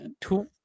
two